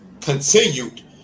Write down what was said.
continued